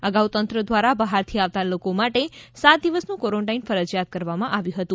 અગાઉ તંત્ર દ્વારા બહારથી આવતા લોકો માટે સાત દિવસનું ક્વાર ન્ટાઈન ફરજિયાત કરવામાં આવ્યું હતું